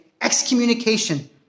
excommunication